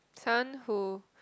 someone who